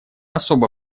особо